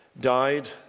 died